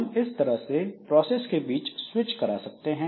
हम इस तरह से प्रोसेस के बीच स्विच करा सकते हैं